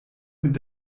mit